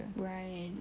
right